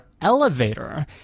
elevator